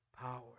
power